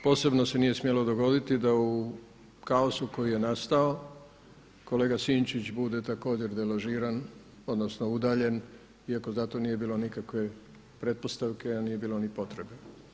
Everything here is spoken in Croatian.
Posebno se nije smjelo dogoditi da u kaosu koji je nastao, kolega Sinčić bude također deložiran odnosno udaljen iako za to nije bilo nikakve pretpostavke, a nije bilo ni potrebe.